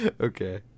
Okay